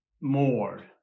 more